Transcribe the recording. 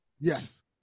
Yes